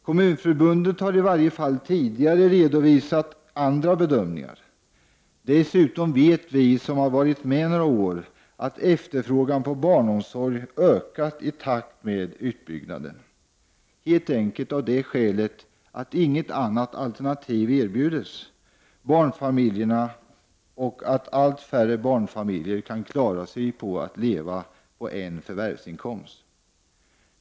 Kommunförbundet har i varje fall tidigare redovisat andra bedömningar. Dessutom vet vi som varit med några år att efterfrågan på barnomsorg har ökat i takt med utbyggnaden. Skälet till detta är helt enkelt att inget annat alternativ erbjuds barnfamiljerna och att allt färre barnfamiljer kan klara sig att leva på en förvärvsinkomst.